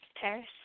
Paris